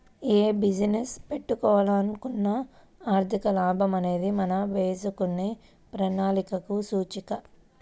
యే బిజినెస్ పెట్టాలనుకున్నా ఆర్థిక లాభం అనేది మనం వేసుకునే ప్రణాళికలకు సూచిక